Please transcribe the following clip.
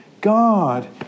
God